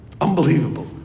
Unbelievable